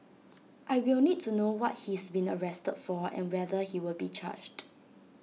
I will need to know what he's been arrested for and whether he will be charged